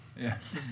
Yes